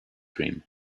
dream